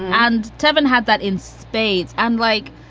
and tevin had that in spades. and like,